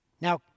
Now